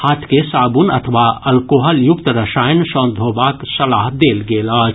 हाथ के साबुन अथवा अल्कोहल युक्त रसायन सँ धोबाक सलाह देल गेल अछि